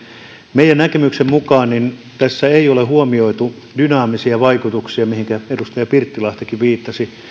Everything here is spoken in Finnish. meidän näkemyksemme mukaan tässä ei ole huomioitu dynaamisia vaikutuksia mihinkä edustaja pirttilahtikin viittasi